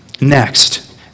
next